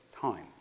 time